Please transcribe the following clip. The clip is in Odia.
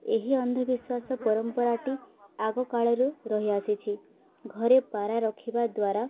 ଏହି ଅନ୍ଧବିଶ୍ୱାସ ପରମ୍ପରାଟି ଆଗ କାଳରୁ ରହିଆସିଛି ଘରେ ପାରା ରଖିବା ଦ୍ୱାରା